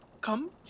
come